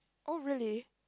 oh really